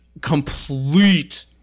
complete